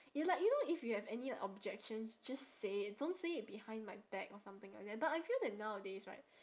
it like you know if you have any objections just say it don't say it behind my back or something like that but I feel that nowadays right